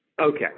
Okay